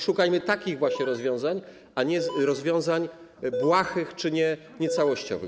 Szukajmy takich właśnie rozwiązań, a nie rozwiązań błahych czy niecałościowych.